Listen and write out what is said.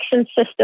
system